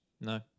No